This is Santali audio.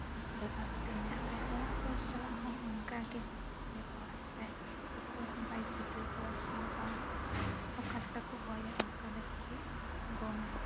ᱵᱷᱮᱜᱟᱨ ᱛᱮ ᱢᱮᱱᱟᱜ ᱛᱟᱭᱟ ᱚᱲᱟᱜ ᱦᱚᱲ ᱥᱟᱞᱟᱜ ᱦᱚᱸ ᱚᱝᱠᱟᱜᱮ ᱵᱮᱵᱚᱦᱟᱨ ᱛᱟᱭ ᱚᱠᱚᱭ ᱦᱚᱸ ᱵᱟᱭ ᱪᱤᱠᱟᱹ ᱠᱚᱣᱟ ᱪᱮᱫ ᱦᱚᱸ ᱵᱟᱝ ᱚᱠᱟᱞᱮᱠᱟ ᱠᱚ ᱦᱚᱦᱚᱣᱟᱭᱟ ᱚᱱᱠᱟ ᱜᱮ ᱵᱷᱟᱜᱮ ᱜᱚᱝᱟᱭ